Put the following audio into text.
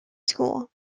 school